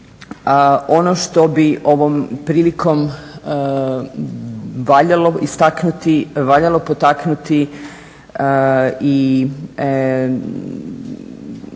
ono što bih ovom prilikom valjalo istaknuti, valjalo potaknuti